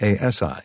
ASI